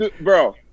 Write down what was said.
Bro